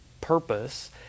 purpose